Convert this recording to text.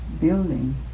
building